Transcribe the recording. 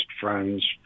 friends